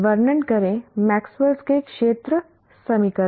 वर्णन करे Maxwell Maxwell's के क्षेत्र समीकरण